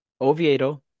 Oviedo